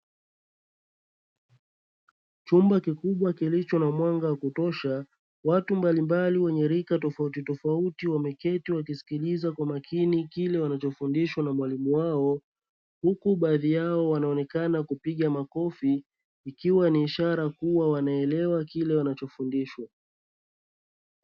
Chumba kikubwa kilicho na mwanga wa kutosha, watu mbalimbali wenye rika tofautitofauti wameketi wakisikiliza kwa makini kile wanachofundishwa na mwalimu wao, huku baadhi yao wanaonekana wakipiga makofi ikiwa ni ishara kuwa wanaelewa kile wanachofundishwa.